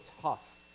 tough